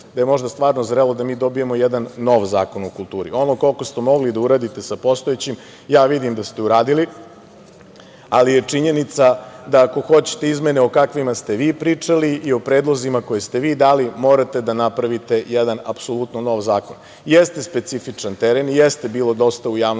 da možda jeste zrelo da dobijemo jedan novi zakon o kulturi. Ono koliko ste mogli da uradite sa postojećim, ja vidim da ste uradili, ali je činjenica da ako hoćete izmene o kakvim ste vi pričali, i o predlozima koje ste vi dali, morate da napravite jedan apsolutno nov zakon. Jeste specifičan teren i jeste bilo dosta polemike,